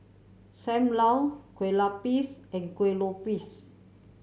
Sam Lau Kueh Lapis and Kueh Lopes